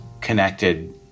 connected